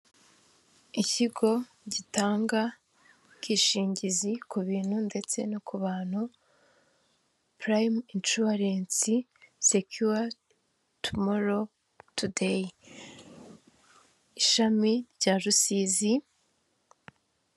Ikigo gitanga ubwishingizi ku bintu ndetse no ku bantu, PRIME insuwarensi, sekuwa tumoro, tudeyi, ishami rya Rusizi.